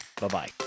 bye-bye